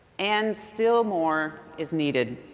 and still more is needed.